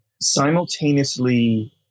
simultaneously